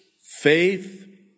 faith